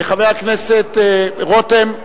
חבר הכנסת דוד רותם,